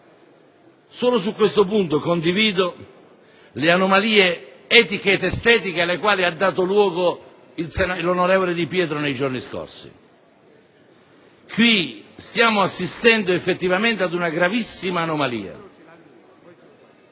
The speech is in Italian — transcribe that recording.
Solo su questo punto condivido le anomalie etiche ed estetiche alle quali ha dato luogo l'onorevole Di Pietro nei giorni scorsi. Stiamo assistendo effettivamente ad una gravissima anomalia.